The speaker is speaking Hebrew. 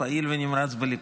פעיל ונמרץ בליכוד.